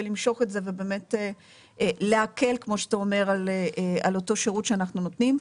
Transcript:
ולמשוך את זה ובאמת להקל כמו שאתה אומר על אותו שירות שאנחנו נותנים,